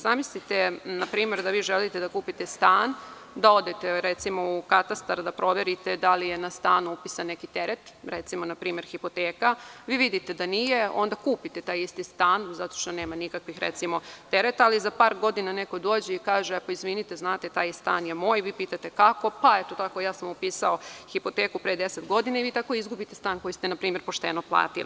Zamislite, na primer, da vi želite da kupite stan, da odete recimo u katastar da proverite da li je na stan upisan neki teret, recimo na primer hipoteka, vi vidite da nije, onda kupite taj isti stan zato što nema nikakvih recimo tereta, ali za par godina neko dođe i kaže – izvinite, taj stan je moj, vi pitate kako, kaže – eto tako, ja sam upisao hipoteku pre 10 godina, i vi tako izgubite stan koji ste na primer pošteno platili.